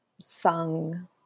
sung